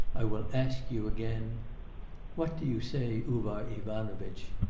i will ask you again what do you say, uvar ivanovitch,